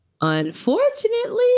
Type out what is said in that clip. unfortunately